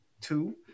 two